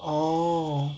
orh